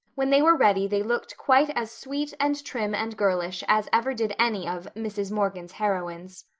when they were ready they looked quite as sweet and trim and girlish as ever did any of mrs. morgan's heroines.